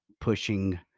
pushing